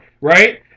right